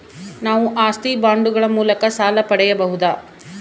ನಾವು ಆಸ್ತಿ ಬಾಂಡುಗಳ ಮೂಲಕ ಸಾಲ ಪಡೆಯಬಹುದಾ?